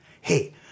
Hey